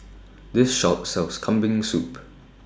This Shop sells Kambing Soup